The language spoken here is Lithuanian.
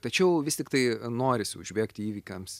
tačiau vis tiktai norisi užbėgti įvykiams